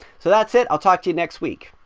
so that's it, i'll talk to you next week.